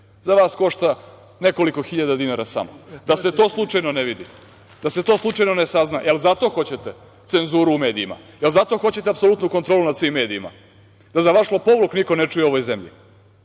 za vas košta nekoliko hiljada dinara samo. Da se to slučajno ne vidi, da se to slučajno ne sazna. Jel zato hoćete cenzuru u medijima? Jel zato hoćete apsolutnu kontrolu nad svim medijima? Da za vaš lopovluk niko ne čuje u ovoj zemlji. Što